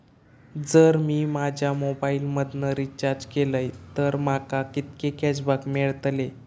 जर मी माझ्या मोबाईल मधन रिचार्ज केलय तर माका कितके कॅशबॅक मेळतले?